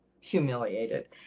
humiliated